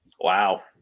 Wow